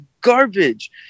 garbage